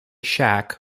shack